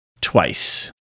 twice